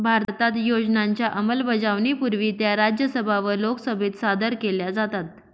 भारतात योजनांच्या अंमलबजावणीपूर्वी त्या राज्यसभा व लोकसभेत सादर केल्या जातात